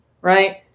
Right